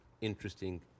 interesting